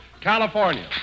California